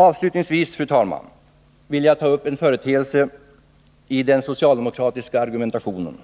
Avslutningsvis vill jag, fru talman, ta upp en företeelse i den socialdemokratiska argumentationen